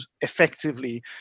effectively